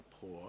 poor